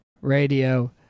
Radio